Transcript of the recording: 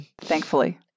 Thankfully